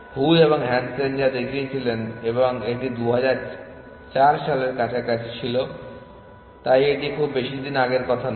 হু এবং হ্যানসেন যা দেখিয়েছিলেন এবং এটি 2004 সালের কাছাকাছি ছিল তাই এটি খুব বেশিদিন আগের কথা নয়